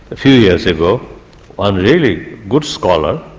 few years ago one really good scholar,